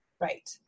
right